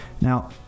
now